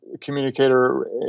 communicator